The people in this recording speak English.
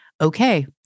okay